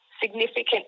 significant